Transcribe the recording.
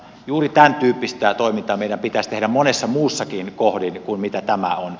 juuri tämäntyyppistä toimintaa meidän pitäisi tehdä monessa muussakin kohdin kuin tässä